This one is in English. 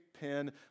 pen